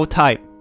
type